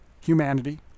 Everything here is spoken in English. humanity